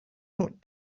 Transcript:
not